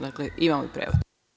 Dakle, imamo prevod.